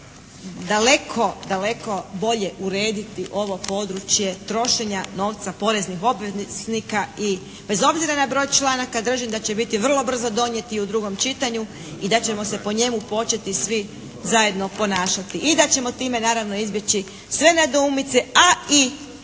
Zakon daleko, daleko bolje urediti ovo područje trošenja novca poreznih obveznika i bez obzira na broj članaka držim da će biti vrlo brzo donijet i u drugom čitanju i da ćemo se po njemu početi svi zajedno ponašati i da ćemo time naravno izbjeći sve nedoumice, a i